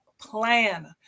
plan